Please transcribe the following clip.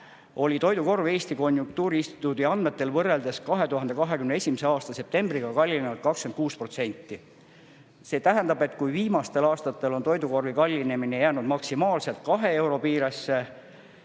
oli toidukorv Eesti Konjunktuuriinstituudi andmetel võrreldes 2021. aasta septembriga kallinenud 26%. See tähendab, et kui viimastel aastatel on toidukorvi kallinemine jäänud maksimaalselt kahe euro piiresse,